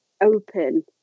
open